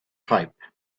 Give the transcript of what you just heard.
type